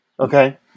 Okay